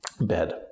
bed